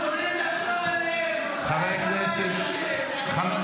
גם שר הביטחון, קשה לכם עם עצמכם קשה לכם.